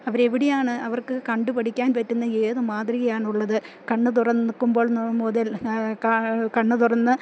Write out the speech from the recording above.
അവര് എവിടെയാണ് അവർക്ക് കണ്ടുപഠിക്കാൻ പറ്റുന്ന ഏത് മാതൃകയാണുള്ളത് കണ്ണ് തുറന്നു നോക്കുമ്പോൾ മുതൽ കണ്ണ് തുറന്ന്